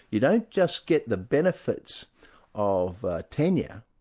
you don't just get the benefits of tenure,